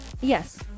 Yes